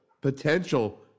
potential